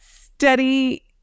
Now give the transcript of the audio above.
steady